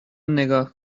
نگاه